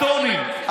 קרטונים,